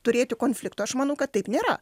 turėti konfliktų aš manau kad taip nėra